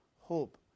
hope